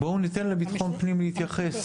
בואו ניתן לביטחון פנים להתייחס,